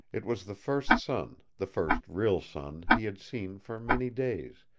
it was the first sun the first real sun he had seen for many days,